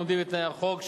העומדים בתנאי החוק,